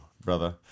brother